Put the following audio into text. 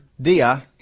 dia